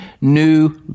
new